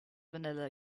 vanilla